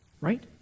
right